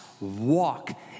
Walk